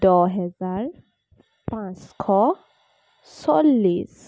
দহ হেজাৰ পাঁচশ চল্লিছ